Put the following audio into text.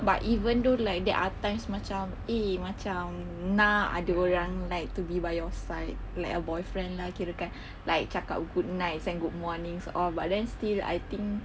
but even though like there are times macam eh macam nak ada orang like to be by your side like a boyfriend lah okay kirakan like cakap good nights and good mornings all but then still I think